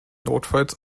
notfalls